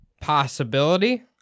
possibility